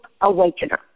awakener